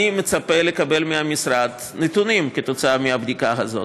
אני מצפה לקבל מהמשרד נתונים כתוצאה מהבדיקה הזאת.